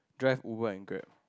drive Uber and Grab